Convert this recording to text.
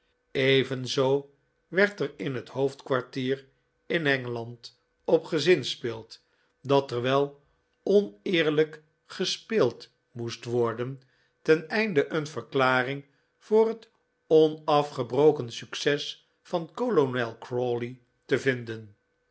evenzoo werd er in het hoofdkwartier in engeland op gezinspeeld dat er wel oneerlijk gespeeld moest worden ten einde een verklaring voor het onafgebroken succes van kolonel crawley te vinden